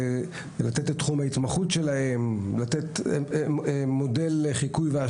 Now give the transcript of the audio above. להסביר על תחום ההתמחות שלהם, להוות מודל לחיקוי.